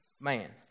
man